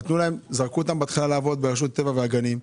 בהתחלה זרקו אותם לעבוד ברשות הטבע והגנים.